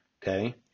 Okay